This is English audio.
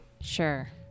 Sure